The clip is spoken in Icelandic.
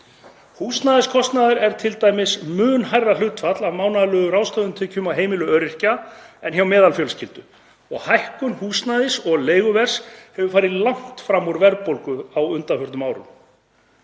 Húsnæðiskostnaður er t.d. mun hærra hlutfall af mánaðarlegum ráðstöfunartekjum á heimili öryrkja en hjá meðalfjölskyldu og hækkun húsnæðis- og leiguverðs hefur farið langt fram úr verðbólgu á undanförnum árum.